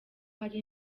hari